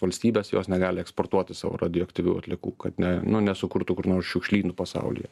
valstybės jos negali eksportuoti savo radioaktyvių atliekų kad ne nu nesukurtų kur nors šiukšlynų pasaulyje